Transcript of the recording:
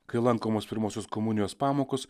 kai lankomos pirmosios komunijos pamokos